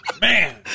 Man